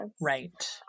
Right